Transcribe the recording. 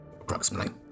Approximately